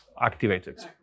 activated